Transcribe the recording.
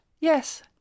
yes